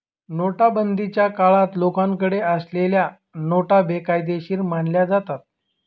नोटाबंदीच्या काळात लोकांकडे असलेल्या नोटा बेकायदेशीर मानल्या जातात